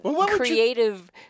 creative